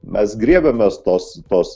mes griebiamės tos tos